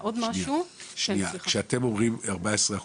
כשאתם אומרים 14%,